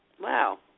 Wow